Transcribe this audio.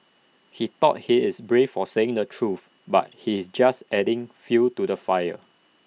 he thought he is brave for saying the truth but he's actually just adding fuel to the fire